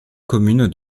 communes